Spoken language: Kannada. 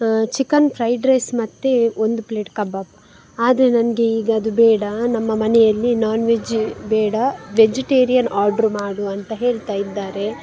ಚಿಕನ್ ಫ್ರೈಡ್ ರೈಸ್ ಮತ್ತು ಒಂದು ಪ್ಲೇಟ್ ಕಬಾಬ್ ಆದರೆ ನನಗೆ ಈಗ ಅದು ಬೇಡ ನಮ್ಮ ಮನೆಯಲ್ಲಿ ನಾನ್ವೆಜ್ ಬೇಡ ವೆಜಿಟೇರಿಯನ್ ಆರ್ಡ್ರ್ ಮಾಡು ಅಂತ ಹೇಳ್ತಾಯಿದ್ದಾರೆ